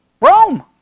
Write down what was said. Rome